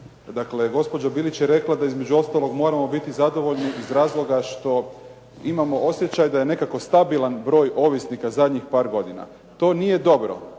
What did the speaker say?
Dakle, gospođa Bilić je rekla da između ostalog moramo biti zadovoljni iz razloga što imamo osjećaj da je nekako stabilan broj ovisnika zadnjih par godina. To nije dobro,